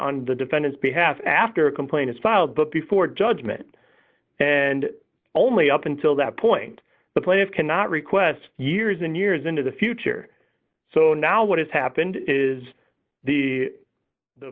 on the defendant's behalf after a complaint is filed but before judgment and only up until that point the plaintiff cannot request years and years into the future so now what has happened is the